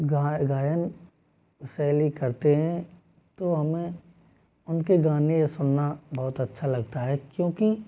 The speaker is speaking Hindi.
गाय गायन शैली करते हैं तो हमें उनके गाने सुनना बहुत अच्छा लगता है क्योंकि